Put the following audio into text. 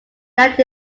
landed